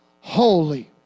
holy